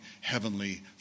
heavenly